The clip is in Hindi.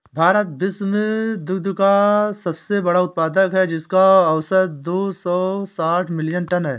भारत विश्व में दुग्ध का सबसे बड़ा उत्पादक है, जिसका औसत दो सौ साठ मिलियन टन है